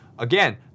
Again